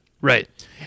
Right